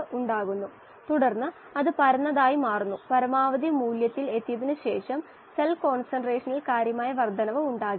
Ky ഉം Kx ഉം യഥാക്രമം വാതക ഭാഗവും ദ്രാവക ഭാഗവും ആണ്